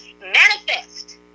manifest